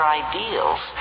ideals